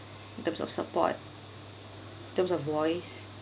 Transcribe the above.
in terms of support terms of voice